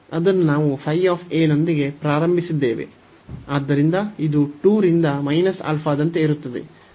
ಅದನ್ನು ನಾವು ಯೊಂದಿಗೆ ಪ್ರಾರಂಭಿಸಿದ್ದೇವೆ